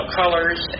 colors